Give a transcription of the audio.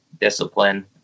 discipline